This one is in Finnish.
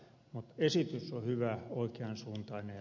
mutta esitys on hyvä oikean suuntainen